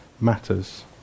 matters